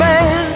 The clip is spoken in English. Man